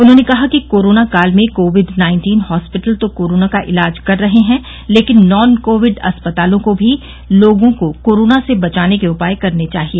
उन्होंने कहा कि कोरोना काल में कोविड नाइन्टीन हॉस्पिटल तो कोरोना का इलाज कर रहे हैं लेकिन नॉन कोविड अस्पतालों को भी लोगों को कोरोना से बचाने के उपाय करने चाहिए